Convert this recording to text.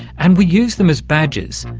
and we use them as badges,